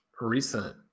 recent